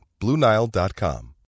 BlueNile.com